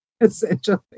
essentially